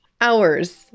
hours